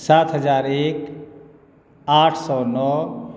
सात हजार एक आठ सए नओ